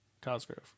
Cosgrove